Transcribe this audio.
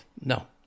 no